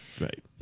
Right